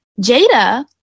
jada